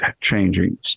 changing